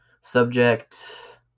subject